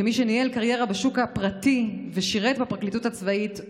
כמי שניהל קריירה בשוק הפרטי ושירת בפרקליטות הצבאית,